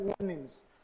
warnings